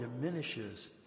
diminishes